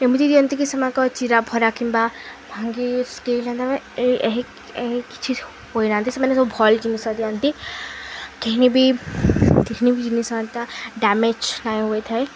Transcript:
ଏମିତି ଦିଅନ୍ତି କି ସେମାନଙ୍କ ଚିରା ଭରା କିମ୍ବା ଭାଙ୍ଗି କେଇ ଯାନ୍ତା କିଛି ହୋଇନାନ୍ତି ସେମାନେ ସବୁ ଭଲ୍ ଜିନିଷ ଦିଅନ୍ତି କେହିବି କେନ୍ ବି ଜିନିଷ ହେନ୍ତା ଡ୍ୟାମେଜ୍ ନାଇଁ ହୋଇଥାଏ